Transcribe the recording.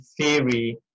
theory